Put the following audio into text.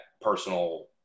personal